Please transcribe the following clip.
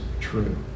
true